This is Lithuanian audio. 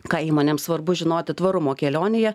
ką įmonėms svarbu žinoti tvarumo kelionėje